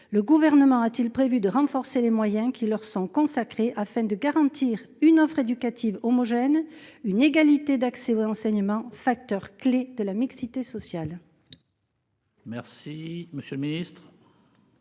Le gouvernement a-t-il prévu de renforcer les moyens qui leur sont consacrés. Afin de garantir une offre éducative homogène une égalité d'accès aux renseignements facteur clé de la mixité sociale. Merci, monsieur le Ministre.